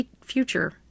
future